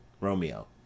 romeo